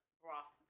broth